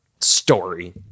story